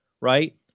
right